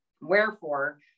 wherefore